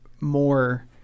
more